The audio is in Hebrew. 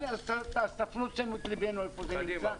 אז תפנו את תשומת ליבנו איפה זה נמצא.